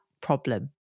problem